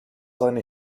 seine